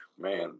Man